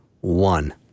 one